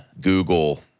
Google